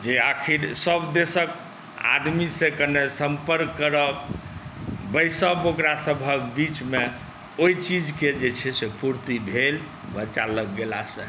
जे आखिर सब देशके आदमीसँ कने सम्पर्क करब बैसब ओकरा सबहक बीचमे ओहि चीजके जे छै से पूर्ति भेल बच्चालग गेलासँ